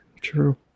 true